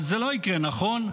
אבל זה לא יקרה, נכון?